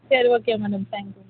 சரி okay madam thank you madam